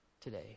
today